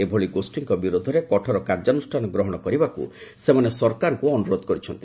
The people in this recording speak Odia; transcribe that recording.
ଏଭଳି ଗୋଷ୍ଠୀଙ୍କ ବିରୋଧରେ କଠୋର କାର୍ଯ୍ୟାନ୍ରଷ୍ଠାନ ଗ୍ରହଣ କରିବାକୃ ସେମାନେ ସରକାରଙ୍କୁ ଅନୁରୋଧ କରିଛନ୍ତି